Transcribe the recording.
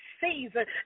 season